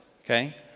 okay